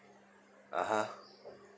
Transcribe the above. (uh huh)